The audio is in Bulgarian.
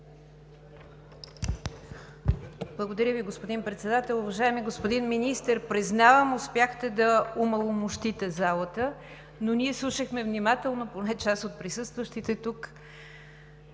Благодаря Ви, господин Председател. Уважаеми господин Министър, признавам, успяхте да омаломощите залата, но ние слушахме внимателно – поне част от присъстващите тук.